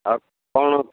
ଆଉ କ'ଣ